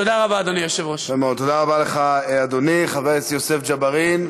תודה רבה, אדוני היושב-ראש.